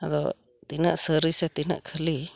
ᱟᱫᱚ ᱛᱤᱱᱟᱹᱜ ᱥᱟᱹᱨᱤ ᱥᱮ ᱛᱤᱱᱟᱹᱜ ᱠᱷᱟᱹᱞᱤ